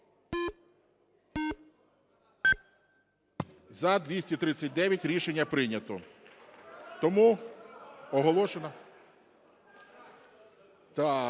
За-239 Рішення прийнято. Тому оголошено... Так,